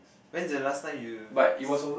when is the last time you s~